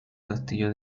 castillo